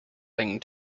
thing